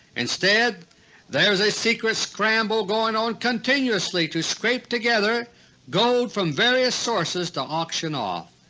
instead there's a secret scramble going on continuously to scrape together gold from various sources to auction off.